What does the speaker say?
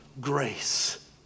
grace